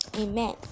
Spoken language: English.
Amen